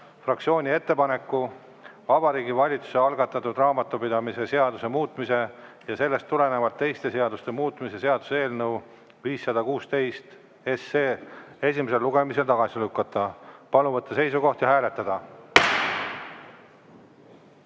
fraktsiooni ettepaneku Vabariigi Valitsuse algatatud raamatupidamise seaduse muutmise ja sellest tulenevalt teiste seaduste muutmise seaduse eelnõu 516 esimesel lugemisel tagasi lükata. Palun võtta seisukoht ja hääletada!